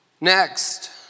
Next